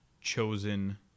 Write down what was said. chosen